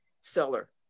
seller